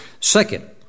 second